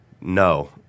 no